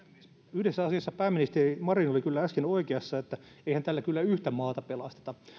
yhdessä asiassa pääministeri marin oli kyllä äsken oikeassa eihän tällä kyllä mitään yhtä maata pelasteta